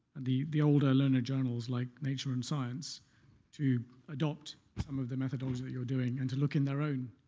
the the older learner journals like nature and science to adopt some of the methodology that you're doing and to look in their own